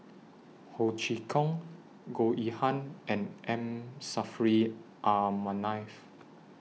Ho Chee Kong Goh Yihan and M Saffri A Manaf